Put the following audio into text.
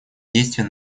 действия